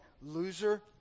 loser